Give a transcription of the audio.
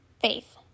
Faith